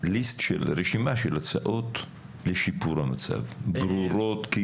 רשימה של הצעות ברורות לשיפור המצב?